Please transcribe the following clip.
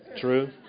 True